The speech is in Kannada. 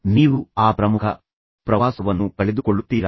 ನೀವು ಆ ಪ್ರಮುಖ ಪ್ರವಾಸವನ್ನು ಕಳೆದುಕೊಳ್ಳುತ್ತೀರಾ